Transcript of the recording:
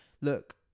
look